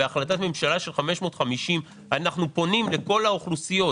בהחלטת הממשלה 550 אנחנו פונים לכל האוכלוסיות,